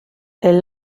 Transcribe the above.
elles